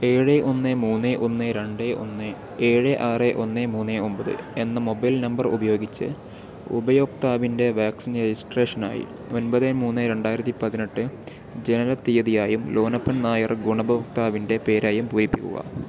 ഏഴ് ഒന്ന് മൂന്ന് ഒന്ന് രണ്ട് ഒന്ന് ഏഴ് ആറ് ഒന്ന് മൂന്ന് ഒമ്പത് എന്ന മൊബൈൽ നമ്പർ ഉപയോഗിച്ച് ഉപയോക്താവിൻ്റെ വാക്സിൻ രജിസ്ട്രേഷനായി ഒൻപത് മൂന്ന് രണ്ടായിരത്തി പതിനെട്ട് ജനനത്തീയതിയായും ലോനപ്പൻ നായർ ഗുണഭോക്താവിൻ്റെ പേരായും പൂരിപ്പിക്കുക